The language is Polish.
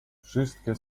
wszystkie